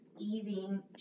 eating